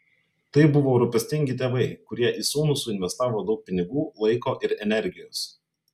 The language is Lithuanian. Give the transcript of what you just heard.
tai buvo rūpestingi tėvai kurie į sūnų suinvestavo daug pinigų laiko ir energijos